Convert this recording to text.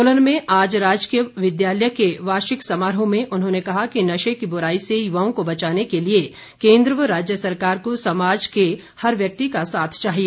सोलन में आज राजकीय विद्यालय के वार्षिक समारोह में उन्होंने कहा कि नशे की बुराई से युवाओं को बचाने के लिए केन्द्र व राज्य सरकार को समाज के एक एक व्यक्ति का साथ चाहिए